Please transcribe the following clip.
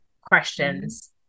questions